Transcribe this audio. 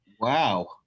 Wow